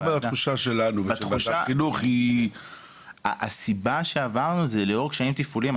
אומר התחושה שלנו --- הסיבה שעברנו היא לאור קשיים תפעוליים.